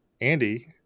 Andy